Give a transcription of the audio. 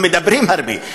אנחנו מדברים הרבה.